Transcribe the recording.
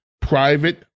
private